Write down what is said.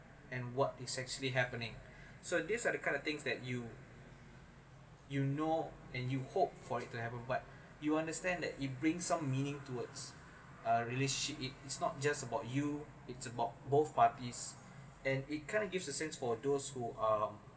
and what is actually happening so these are the kind of things that you you know and you hope for it to happen but you understand that it brings some meaning towards uh relationship it's not just about you it's about both parties and it kind of gives a sense for those who are